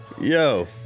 Yo